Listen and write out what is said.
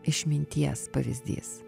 išminties pavizdys